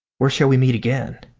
where shall we meet again?